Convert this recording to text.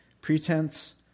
Pretense